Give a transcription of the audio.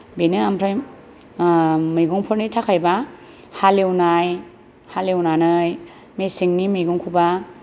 बेनो ओमफ्राय मैगंफोरनि थाखायब्ला हालेवनाय हालेवनानै मेसेंनि मैगंखौब्ला